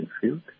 field